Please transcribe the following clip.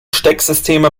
stecksysteme